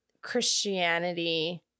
Christianity